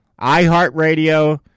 iHeartRadio